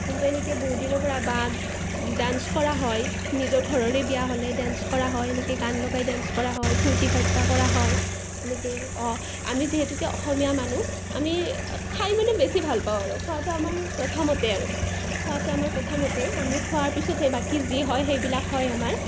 কিন্তু এনেকৈ বহুত দিনৰ পৰা বা ডান্স কৰা হয় নিজৰ ঘৰৰে বিয়া হ'লে ডান্স কৰা হয় এনেকৈ গান লগাই ডান্স কৰা হয় ফূৰ্ত্তি ফাৰ্ত্তা কৰা হয় এনেকৈ অ আমি যিহেতুকে অসমীয়া মানুহ আমি খাই মানে বেছি ভাল পাওঁ আৰু খোৱাটো আমাৰ প্ৰথমতে আৰু খোৱাটো আমাৰ প্ৰথমতেই আমি খোৱাৰ পিছতে বাকী যি হয় সেইবিলাক হয় আমাৰ